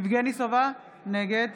יבגני סובה, נגד